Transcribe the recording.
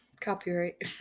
Copyright